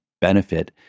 benefit